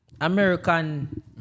American